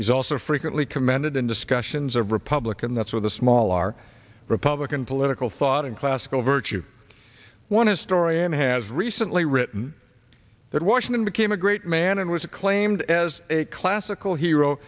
frequently commanded in discussions of republican that's where the small are republican political thought in classical virtue one historian has recently written that washington became a great man and was acclaimed as a classical hero